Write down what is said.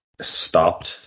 stopped